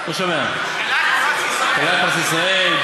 כלת פרס ישראל.